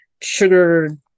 sugar